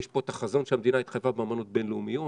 יש פה את החזון שהמדינה התחייבה באמנות בינלאומיות.